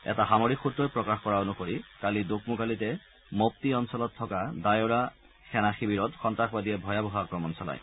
এটা সামৰিক সূত্ৰই প্ৰকাশ কৰা অনুসৰি কালি দোকমোকালিতে ম'পিট অঞ্চলত থকা ডায়োৰা সেনা শিবিৰত সন্ত্ৰাসবাদীয়ে ভয়াবহ আক্ৰমণ চলায়